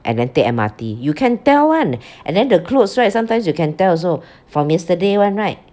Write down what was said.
and then take M_R_T you can tell one and then the clothes right sometimes you can tell also from yesterday one right